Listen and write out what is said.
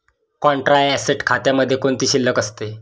Contra asset खात्यामध्ये कोणती शिल्लक असते?